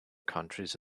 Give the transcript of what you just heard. countries